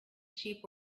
sheep